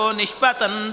nishpatan